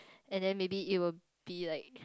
and then maybe it will be like